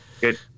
good